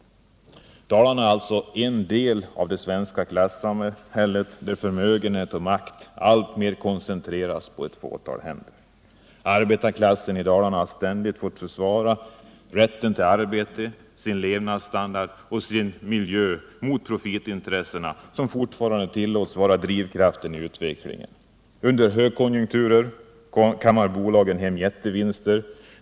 Dalarna är den del av det svenska klassamhället, där förmögenhet och makt alltmer koncentreras på ett fåtal händer. Arbetarklassen i Dalarna har ständigt fått försvara rätten till arbete, sin levnadsstandard och sin miljö mot profitintressena, som fortfarande tillåts vara drivkraften i utvecklingen. Under högkonjunkturer kammar bolagen hem jättevinster.